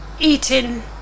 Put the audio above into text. eating